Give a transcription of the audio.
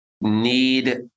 need